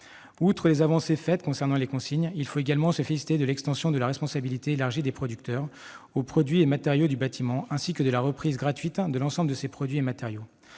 Outre les avancées réalisées en matière de consigne, il faut se féliciter également de l'extension de la responsabilité élargie des producteurs aux produits et matériaux du bâtiment, ainsi que de la reprise gratuite de l'ensemble de ces produits et matériaux.